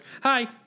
Hi